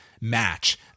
match